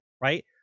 right